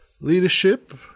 leadership